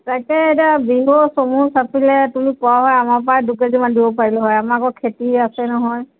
তাকে এতিয়া বিহু চমু চাপিলে তুমি কোৱা হয় আমাৰ পৰা দুইকেজিমান দিব পাৰিলোঁ হয় আমাৰ আকৌ খেতি আছে নহয়